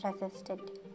resisted